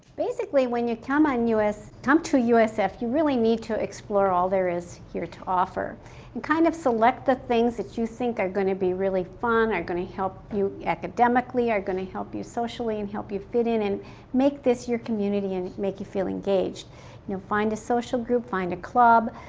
basically when you come on us, come to usf, you really need to explore all there is here to offer and kind of select the things that you think are going to be really fun, are going to help you academically, are going to help you socially and help you fit in and make this your community and make you feel engaged. you know find a social group, find a club.